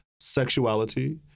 Sexuality